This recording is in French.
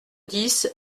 dix